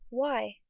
why?